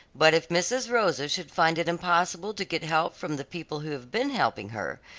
but if mrs. rosa should find it impossible to get help from the people who have been helping her,